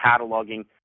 cataloging